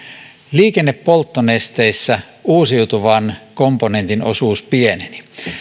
liikennepolttonesteissä uusiutuvan komponentin osuus pieneni